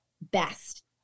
best